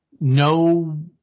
no